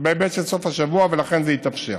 בהיבט של סוף השבוע, ולכן זה התאפשר.